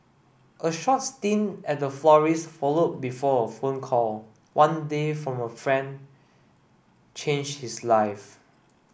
a short stint at a florist's followed before a phone call one day from a friend changed his life